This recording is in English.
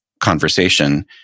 conversation